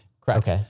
correct